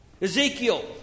Ezekiel